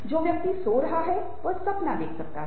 जो व्यक्ति सो रहा है वह सपना देख सकता है